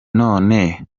none